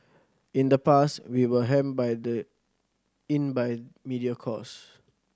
in the past we were hemmed by the in by media cost